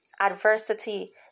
adversity